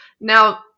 now